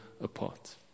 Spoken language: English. apart